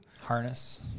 Harness